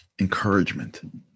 encouragement